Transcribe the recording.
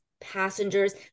passengers